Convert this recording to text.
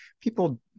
people